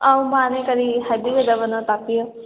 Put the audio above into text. ꯑꯧ ꯃꯥꯅꯦ ꯀꯔꯤ ꯍꯥꯏꯕꯤꯒꯗꯕꯅꯣ ꯇꯥꯛꯄꯤꯌꯨ